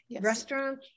Restaurant